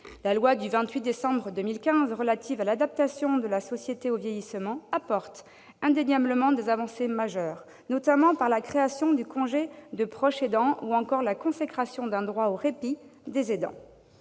La loi du 28 décembre 2015 relative à l'adaptation de la société au vieillissement apporte indéniablement des avancées majeures, notamment par la création du congé de proche aidant ou encore la consécration d'un droit au répit des aidants.